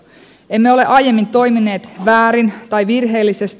emme ole aiemmin toimineet väärin tai virheellisesti